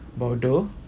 bordeaux